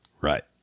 Right